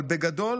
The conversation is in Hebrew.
אבל בגדול